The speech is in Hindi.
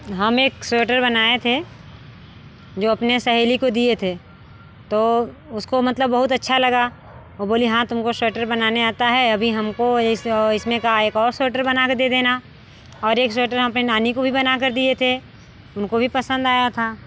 हम एक स्वेटर बनाए थे जो अपने सहेली को दिए थे तो उसको मतलब बहुत अच्छा लगा वो बोली हाँ तुमको श्वेटर बनाने आता है अभी हमको इस इसमें का एक और स्वेटर बना के दे देना और एक स्वेटर हम अपने नानी को भी बनाकर दिए थे उनको भी पसंद आया था